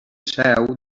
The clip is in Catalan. seu